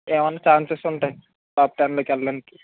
ఏమైనా ఛాన్సెస్ ఉంటాయి అప్ టెన్ వెళ్ళడానికి